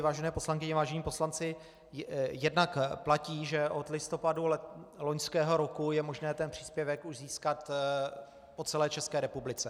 Vážené poslankyně, vážení poslanci, jednak platí, že od listopadu loňského roku je možné ten příspěvek už získat po celé České republice.